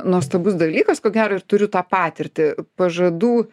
nuostabus dalykas ko gero ir turiu tą patirtį pažadų